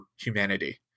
humanity